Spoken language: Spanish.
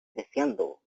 deseando